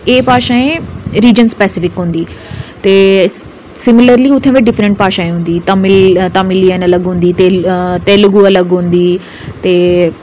ते एह् भाशांए रीजन स्पैश्ली होंदी ते सिमिलरली उत्थै फिर डिफरैंट भाशा होंदी तमिल अलग होंदा तेलगु अलग होंदी ते